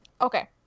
Okay